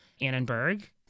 Annenberg